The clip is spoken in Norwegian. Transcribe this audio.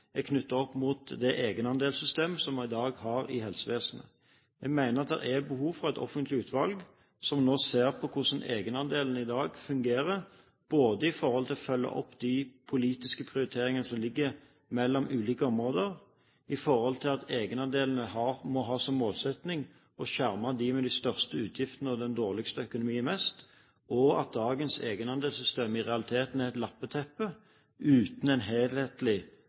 er knyttet opp mot det egenandelssystemet som vi har i dag i helsevesenet. Jeg mener at det er behov for at et offentlig utvalg ser på hvordan egenandelssystemet fungerer i dag, for å følge opp de politiske prioriteringene mellom ulike områder, med tanke på at egenandelene må ha som målsetting å skjerme dem med de største utgiftene og den dårligste økonomien mest, og at dagens egenandelssystem i realiteten er et lappeteppe uten en helhetlig